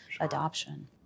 adoption